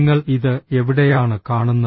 നിങ്ങൾ ഇത് എവിടെയാണ് കാണുന്നത്